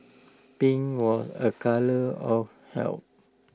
pink was A colour of health